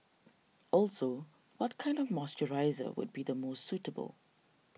also what kind of moisturiser would be the most suitable